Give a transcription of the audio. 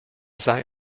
sei